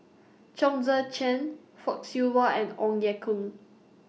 Chong Tze Chien Fock Siew Wah and Ong Ye Kung